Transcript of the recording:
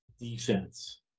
defense